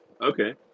Okay